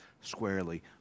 squarely